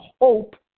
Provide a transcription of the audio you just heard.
hope